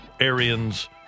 Arians